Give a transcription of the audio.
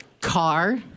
Car